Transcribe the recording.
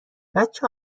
بچه